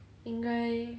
应该